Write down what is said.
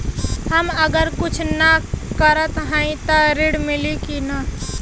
हम अगर कुछ न करत हई त ऋण मिली कि ना?